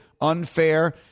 unfair